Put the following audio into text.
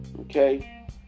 Okay